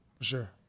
Sure